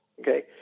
okay